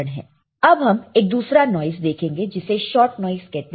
अब हम एक दूसरा नॉइस देखेंगे जिसे शॉट नॉइस कहते हैं